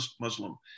Muslim